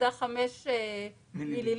6.5 מיליליטר.